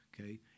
Okay